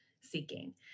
seeking